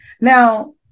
Now